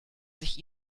sich